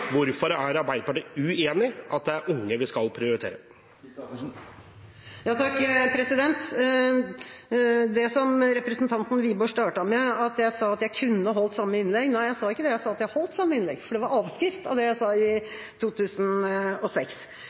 Hvorfor er Arbeiderpartiet uenig i at det er unge vi skal prioritere? Først til det som representanten Wiborg startet med, at jeg sa at jeg kunne holdt samme innlegg. Nei, jeg sa ikke det, jeg sa at jeg holdt samme innlegg, for det var avskrift av det jeg sa i 2006.